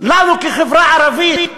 לנו כחברה ערבית